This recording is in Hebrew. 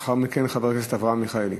לאחר מכן, חבר הכנסת אברהם מיכאלי.